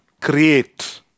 create